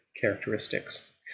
characteristics